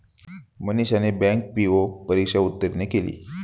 मनीषाने bank PO परीक्षा उत्तीर्ण केली